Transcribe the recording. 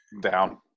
Down